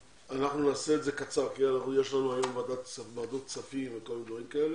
אנחנו נעשה את זה קצר כי יש לנו היום ועדות כספים וכל מיני דברים כאלה,